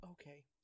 Okay